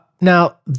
Now